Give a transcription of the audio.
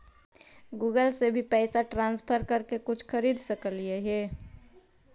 Google से भी पैसा ट्रांसफर कर के कुछ खरिद सकलिऐ हे?